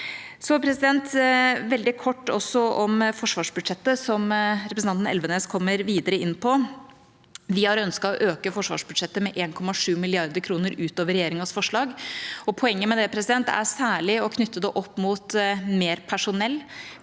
Så veldig kort også om forsvarsbudsjettet, som representanten Elvenes kommer videre inn på: Vi har ønsket å øke forsvarsbudsjettet med 1,7 mrd. kr ut over regjeringas forslag. Poenget med det er særlig å knytte det opp mot mer personell,